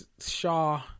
Shaw